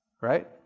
Right